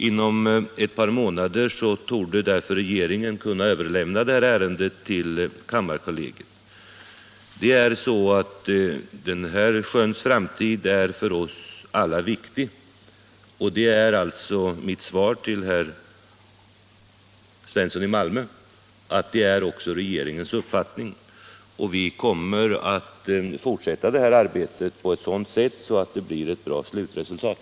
Inom ett par månader torde därför regeringen kunna överlämna ärendet till kammarkollegiet. Denna sjös framtid är viktig för oss alla, och mitt svar till herr Svensson i Malmö är att detta också är regeringens uppfattning. Vi kommer att fortsätta arbetet med detta på ett sådant sätt att det blir ett bra slutresultat.